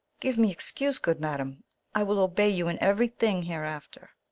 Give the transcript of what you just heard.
give me excuse, good madam i will obey you in everything hereafter.